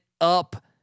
up